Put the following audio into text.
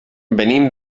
venim